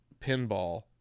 pinball